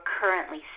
currently